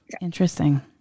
Interesting